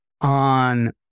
on